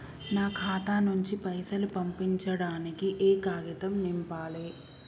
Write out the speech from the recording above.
నా ఖాతా నుంచి పైసలు పంపించడానికి ఏ కాగితం నింపాలే?